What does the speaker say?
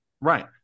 Right